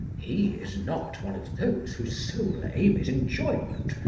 he is not one of those whose sole aim is enjoyment,